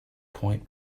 point